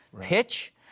Pitch